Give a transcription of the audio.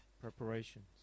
preparations